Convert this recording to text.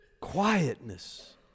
Quietness